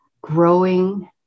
growing